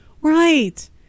Right